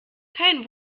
kein